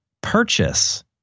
purchase